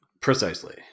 Precisely